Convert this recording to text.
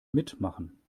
mitmachen